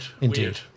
indeed